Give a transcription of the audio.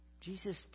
Jesus